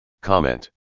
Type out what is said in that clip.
Comment